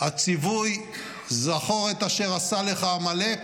הציווי "זכור את אשר עשה לך עמלק"